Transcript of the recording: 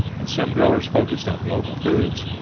and some growers focused on local foods,